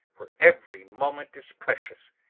for every moment is precious.